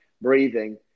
breathing